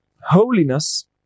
holiness